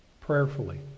prayerfully